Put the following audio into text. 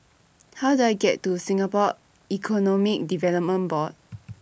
How Do I get to Singapore Economic Development Board